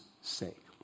sake